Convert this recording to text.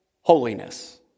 holiness